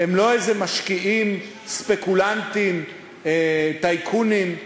הם לא איזה משקיעים ספקולנטים, טייקונים.